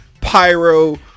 pyro